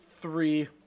three